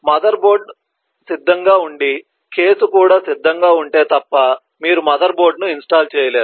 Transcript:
motherboard సిద్ధంగా ఉండి case కూడా సిద్ధంగా ఉంటే తప్ప మీరు మదర్బోర్డును ఇన్స్టాల్ చేయలేరు